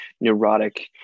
neurotic